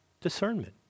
discernment